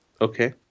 Okay